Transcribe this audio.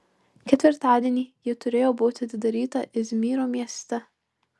ketvirtadienį ji turėjo būti atidaryta izmyro mieste